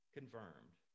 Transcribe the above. confirmed